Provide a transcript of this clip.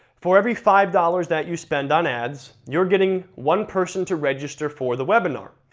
for every five dollars that you spend on ads, you're getting one person to register for the webinar.